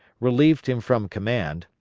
relieved him from command,